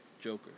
Joker